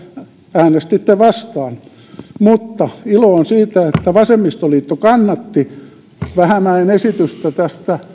äänestitte vastaan mutta ilo on siitä että vasemmistoliitto kannatti vähämäen esitystä tästä